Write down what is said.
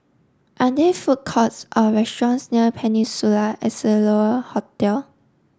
are there food courts or restaurants near Peninsula Hotel